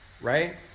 right